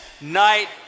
night